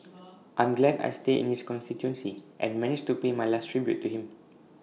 I'm glad I stay in his constituency and managed to pay my last tribute to him